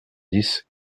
dix